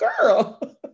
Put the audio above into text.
girl